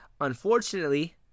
Unfortunately